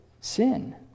sin